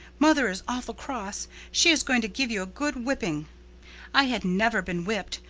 mother is awful cross. she is going to give you a good whipping i had never been whipped.